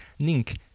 Nink